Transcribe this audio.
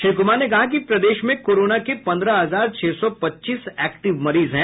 श्री कुमार ने कहा कि प्रदेश में कोरोना के पन्द्रह हजार छह सौ पच्चीस एक्टिव मरीज हैं